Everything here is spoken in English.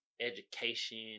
education